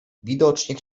widocznie